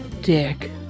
dick